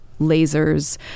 lasers